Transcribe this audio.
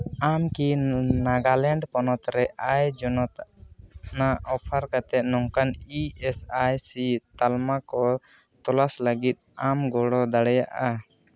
ᱟᱢᱠᱤ ᱱᱟᱜᱟᱞᱮᱸᱰ ᱯᱚᱱᱚᱛ ᱨᱮ ᱟᱭ ᱡᱚᱱᱚᱛᱟ ᱟᱜ ᱚᱯᱷᱟᱨ ᱠᱟᱛᱮᱫ ᱱᱚᱝᱠᱟᱱ ᱤ ᱮᱥ ᱟᱭ ᱥᱤ ᱛᱟᱞᱢᱟ ᱠᱚ ᱛᱚᱞᱟᱥ ᱞᱟᱹᱜᱤᱫ ᱟᱢᱠᱤᱢ ᱜᱚᱲᱚ ᱫᱟᱲᱮᱭᱟᱜᱼᱟ